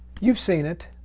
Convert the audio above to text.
you've seen it.